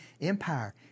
empire